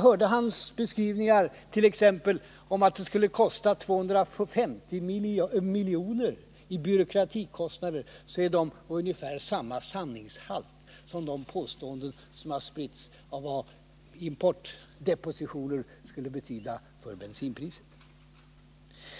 Hans beskrivningar, t.ex. att bara byråkratin skulle kosta 250 miljoner, har ungefär samma sanningshalt som de påståenden som har spritts om vad importdepositioner skulle betyda för bensinpriset.